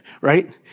right